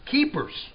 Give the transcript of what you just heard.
Keepers 。